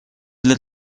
для